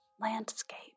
landscape